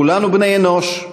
כולנו בני-אנוש,